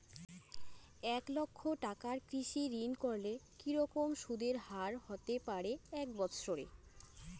এক লক্ষ টাকার কৃষি ঋণ করলে কি রকম সুদের হারহতে পারে এক বৎসরে?